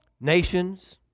nations